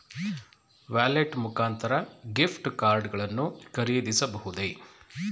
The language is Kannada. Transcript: ವ್ಯಾಲೆಟ್ ಮುಖಾಂತರ ಗಿಫ್ಟ್ ಕಾರ್ಡ್ ಗಳನ್ನು ಖರೀದಿಸಬಹುದೇ?